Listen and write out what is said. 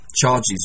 charges